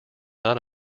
not